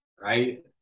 Right